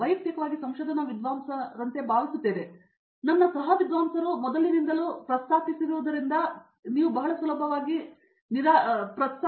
ನಾನು ವೈಯಕ್ತಿಕವಾಗಿ ಸಂಶೋಧನಾ ವಿದ್ವಾಂಸರಂತೆ ಭಾವಿಸುತ್ತೇನೆ ನನ್ನ ಸಹ ವಿದ್ವಾಂಸರು ಮೊದಲಿನಿಂದಲೂ ಪ್ರಸ್ತಾಪಿಸಲ್ಪಟ್ಟಿರುವುದರಿಂದ ನೀವು ಬಹಳ ಸುಲಭವಾಗಿ ನಿರಾಶೆ ಪಡೆಯುತ್ತೀರಿ